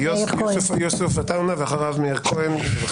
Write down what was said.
יוסף עטאונה, ואחריו מאיר כהן, בבקשה.